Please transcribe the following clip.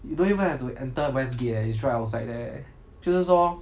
you don't even have to enter westgate eh it's right outside there eh 就是说